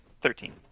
Thirteen